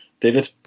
David